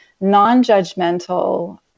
non-judgmental